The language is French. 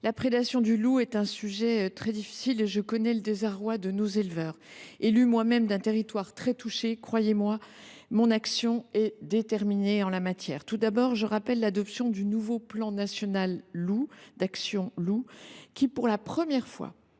la prédation du loup est un sujet très difficile et je connais le désarroi de nos éleveurs. Élue moi même d’un territoire très touché, je suis résolue à agir de manière déterminée en la matière. Tout d’abord, je rappelle l’adoption du nouveau plan national d’action loup, qui, pour la première fois,